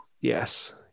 Yes